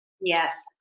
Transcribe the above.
yes